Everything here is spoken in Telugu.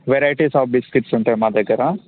వెరైటీస్ అఫ్ బిస్కెట్స్ ఉంటాయి మా దగ్గర